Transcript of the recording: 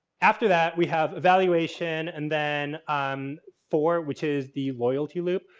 after that we have evaluation and then um four, which is the loyalty loop,